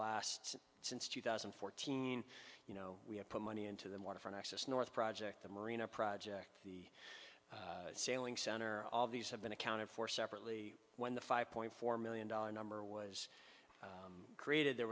last since two thousand and fourteen you know we have put money into the water for an excess north project the marina project the sailing center all of these have been accounted for separately when the five point four million dollars number was created there